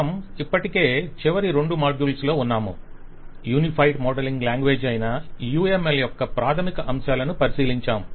మనము ఇప్పటికే చివరి 2 మాడ్యూల్స్ లో ఉన్నాము యూనిఫైడ్ మోడలింగ్ లాంగ్వేజ్ అయిన UML యొక్క ప్రాథమిక అంశాలను పరిశీలించాము